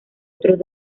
otros